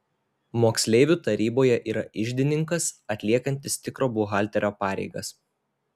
moksleivių taryboje yra iždininkas atliekantis tikro buhalterio pareigas